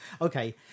Okay